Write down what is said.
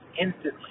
instantly